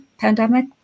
pandemic